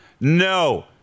No